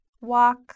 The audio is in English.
walk